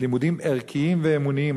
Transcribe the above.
לימודים ערכיים ואמוניים,